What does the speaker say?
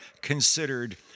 considered